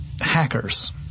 hackers